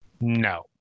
no